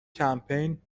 کمپین